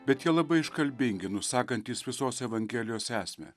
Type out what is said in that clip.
bet jie labai iškalbingi nusakantys visos evangelijos esmę